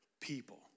people